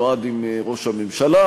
נועד עם ראש הממשלה,